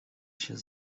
się